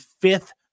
fifth